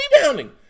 rebounding